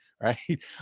Right